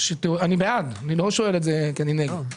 אני בעד, אני לא שואל את זה כי אני נגד.